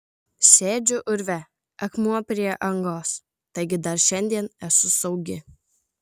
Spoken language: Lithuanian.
sėdžiu urve akmuo prie angos taigi dar šiandien esu saugi